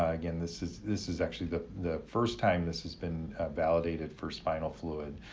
again, this is this is actually the the first time this has been validated for spinal fluid,